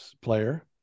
player